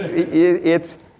it's,